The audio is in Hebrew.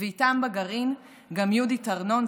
ואיתם בגרעין גם יהודית ארנון,